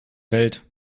welt